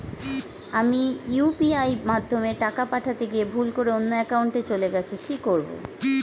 আমি ইউ.পি.আই মাধ্যমে টাকা পাঠাতে গিয়ে ভুল করে অন্য একাউন্টে চলে গেছে কি করব?